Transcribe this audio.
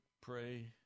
pray